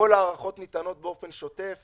כל ההארכות ניתנות באופן שוטף,